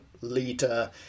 leader